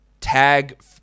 tag